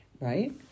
right